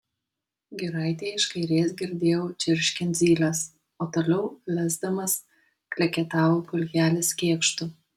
giraitėje iš kairės girdėjau čirškiant zyles o toliau lesdamas kleketavo pulkelis kėkštų